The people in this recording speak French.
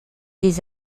des